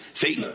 see